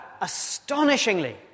astonishingly